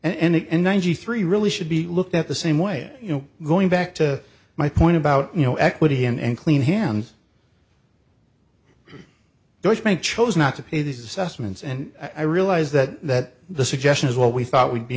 you and ninety three really should be looked at the same way you know going back to my point about you know equity and clean hands those may chose not to pay these assessments and i realize that the suggestion is what we thought we'd be